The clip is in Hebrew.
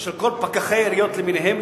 של כל פקחי עיריות למיניהם,